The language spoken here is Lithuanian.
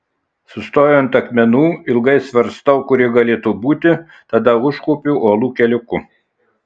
sustoju ant akmenų ilgai svarstau kur ji galėtų būti tada užkopiu uolų keliuku